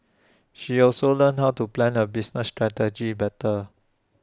she also learned how to plan her business strategies better